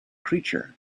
creature